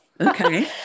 Okay